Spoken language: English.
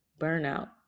burnout